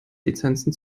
lizenzen